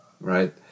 Right